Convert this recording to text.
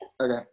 okay